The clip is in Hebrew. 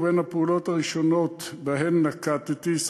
ובין הפעולות הראשונות שנקטתי,